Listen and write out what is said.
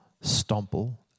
stumble